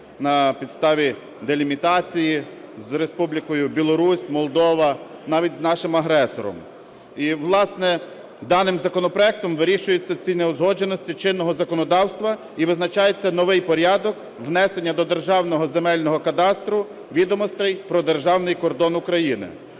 на підставі делімітації з Республікою Білорусь, Молдова, навіть з нашим агресором. І, власне, даним законопроектом вирішуються ці неузгодженості чинного законодавства і визначається новий порядок внесення до Державного земельного кадастру відомостей про державний кордон України.